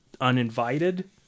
Uninvited